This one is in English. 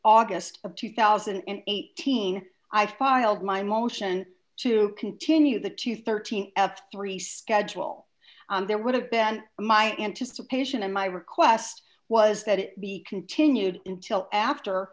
august of two thousand and eighteen i filed my motion to continue the two hundred and thirteen f three schedule and there would have been my anticipation and my request was that it be continued until after